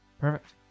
perfect